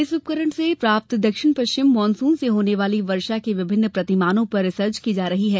इस उपकरण से प्राप्त दक्षिण पश्चिम मानसून से होने वाली वर्षा के विभिन्न प्रतिमानों पर रिसर्च की जा रही है